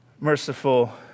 Merciful